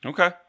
Okay